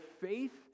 faith